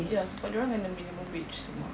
ya sebab dorang ada minimum wage semua